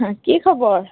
কি খবৰ